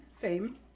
fame